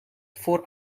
voor